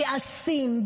בכעסים,